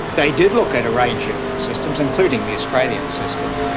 they did look at a range of systems, including the australian system,